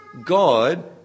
God